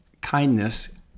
kindness